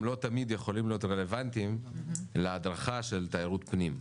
לא תמיד יכולים להיות רלוונטיים להדרכה של תיירות פנים.